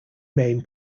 main